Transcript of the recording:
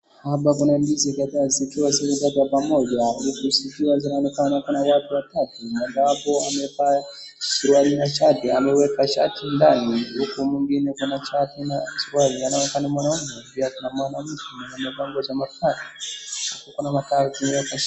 Hapa kuna ndizi kadhaa zikiwa zimetekwa pamoja. Huku zikiwa zinaonekana kuna watu watatu ambapo amevaa suruali na shati. Ameweka shati ndani. Huku mwingine kuna shati na suruali. Anaonekana ni mwanaume. Pia kuna mwanamke amepangwa cha mfano. Hapa kuna mtaa hivi.